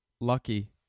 lucky